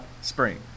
spring. (